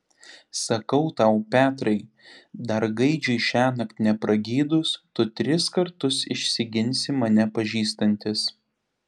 sakau tau petrai dar gaidžiui šiąnakt nepragydus tu tris kartus išsiginsi mane pažįstantis